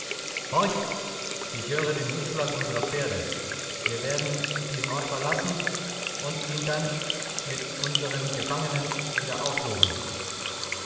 horch ich höre den hufschlag unserer pferde wir werden diesen ort verlassen um ihn dann mit unsern gefangenen wieder aufzusuchen